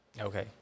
okay